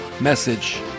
message